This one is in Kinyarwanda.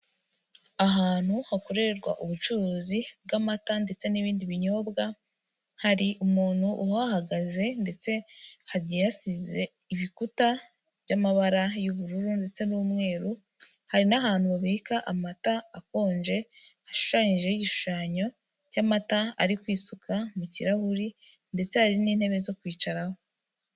Ahantu hakorerwa ubucuruzi bw'amata ndetse n'ibindi binyobwa, hari umuntu uhahagaze ndetse hagiye hasize ibikuta by'amabara y'ubururu ndetse n'umweru, hari n'ahantu babika amata akonje hashushanyijeho igishushanyo cy'amata ari kwisuka mu kirahuri ndetse hari n'intebe zo kwicaraho.